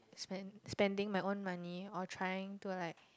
spend spending my own money or trying to like